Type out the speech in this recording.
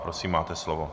Prosím máte slovo.